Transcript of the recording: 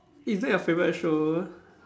is that your favourite show